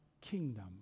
kingdom